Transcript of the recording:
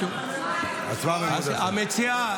שבועיים סגרתם?